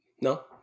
No